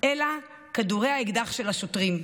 אלא כדורי האקדח של השוטרים.